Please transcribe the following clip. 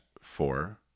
four